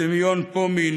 סמיון פומין,